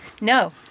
No